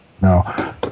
no